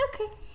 Okay